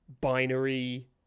binary